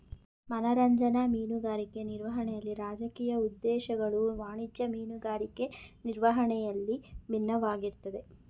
ಮನರಂಜನಾ ಮೀನುಗಾರಿಕೆ ನಿರ್ವಹಣೆಲಿ ರಾಜಕೀಯ ಉದ್ದೇಶಗಳು ವಾಣಿಜ್ಯ ಮೀನುಗಾರಿಕೆ ನಿರ್ವಹಣೆಯಲ್ಲಿ ಬಿನ್ನವಾಗಿರ್ತದೆ